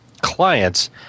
clients